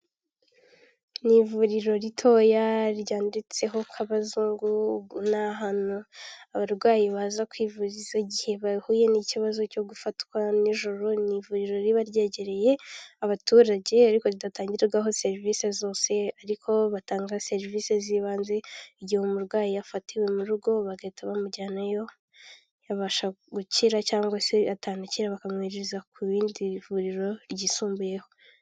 Ni ivuriro ritoya ryanditseho ko abazungu ni ahantu abarwayi baza kwivuriza igihe bahuye n'ikibazo cyo gufatwa nijoro, ni ivuriro riba ryegereye abaturage ariko ridatangirwaho serivisi zose, ariko batanga serivisi z'ibanze igihe umurwayi yafatiwe mu rugo bagahita bamujyanayo yabasha gukira cyangwa se a atakira bakamwinjiza ku rindi vuriro ryisumbuyeho.